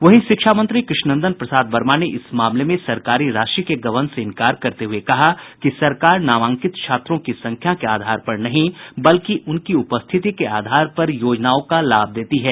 वहीं शिक्षा मंत्री कृष्णनंदन प्रसाद वर्मा ने इस मामले में सरकारी राशि के गबन से इंकार करते हुए कहा कि सरकार नामांकित छात्रों की संख्या के आधार पर नहीं बल्कि उनकी उपस्थिति के आधार पर योजनाओं का लाभ देती है